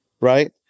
Right